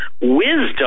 Wisdom